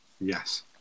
Yes